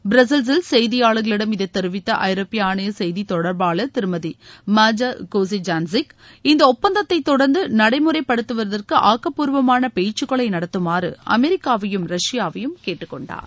பிரஸ்ஸல்ஸில் செய்தியாளர்களிடம் இதை தெரிவித்த ஐரோப்பிய ஆணைய செய்தி தொடர்பாளர் திருமதி மாஜா கோஸிஜான்சிக் இந்த ஒப்பந்தத்தை தொடர்ந்து நடைமுறைப்படுத்துவதற்கு ஆக்கப்பூர்வமான பேச்சுக்களை நடத்துமாறு அமெரிக்காவையும் ரஷ்யாவையும் கேட்டுக்கொண்டார்